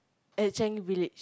at Changi-Village